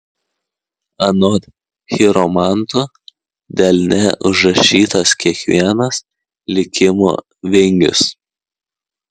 anot chiromantų delne užrašytas kiekvienas likimo vingis